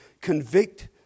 convict